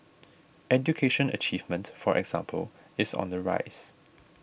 education achievement for example is on the rise